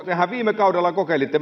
tehän viime kaudella kokeilitte